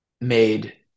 made